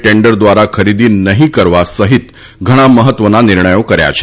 tender દ્વારા ખરીદી નહીં કરવા સહિત ઘણાં મહત્વના નિર્ણયો કર્યા છે